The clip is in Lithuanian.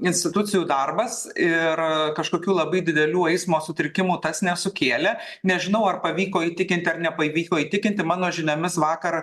institucijų darbas ir kažkokių labai didelių eismo sutrikimų tas nesukėlė nežinau ar pavyko įtikinti ar nepavyko įtikinti mano žiniomis vakar